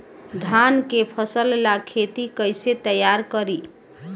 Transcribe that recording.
धान के फ़सल ला खेती कइसे तैयार करी?